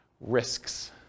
Risks